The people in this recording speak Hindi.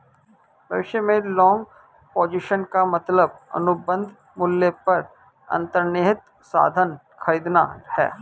भविष्य में लॉन्ग पोजीशन का मतलब अनुबंध मूल्य पर अंतर्निहित साधन खरीदना है